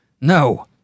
No